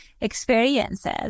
experiences